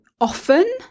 often